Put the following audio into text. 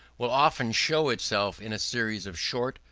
will often show itself in a series of short,